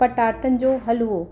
पटाटनि जो हलिवो